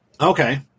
Okay